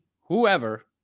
whoever